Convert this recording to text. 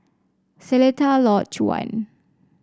Seletar Lodge One